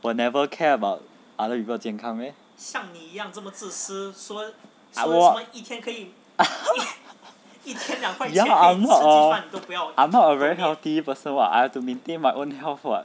will never care about other people 健康 meh ah 我 I'm not a very healthy person [what] I have to maintain my own health [what]